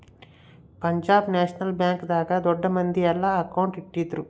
ಪಂಜಾಬ್ ನ್ಯಾಷನಲ್ ಬ್ಯಾಂಕ್ ದಾಗ ದೊಡ್ಡ ಮಂದಿ ಯೆಲ್ಲ ಅಕೌಂಟ್ ಇಟ್ಟಿದ್ರು